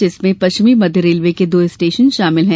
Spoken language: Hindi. जिसमें पश्चिमी मध्य रेलवे के दो स्टेशन शामिल है